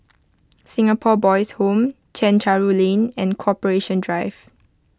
Singapore Boys' Home Chencharu Lane and Corporation Drive